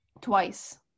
twice